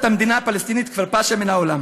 המדינה הפלסטינית כבר פסה מן העולם,